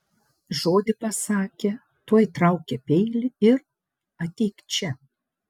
žodį pasakė tuoj traukia peilį ir ateik čia